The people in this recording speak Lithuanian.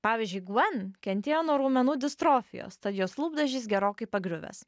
pavyzdžiui gvan kentėjo nuo raumenų distrofijos tad jos lūpdažis gerokai pagriuvęs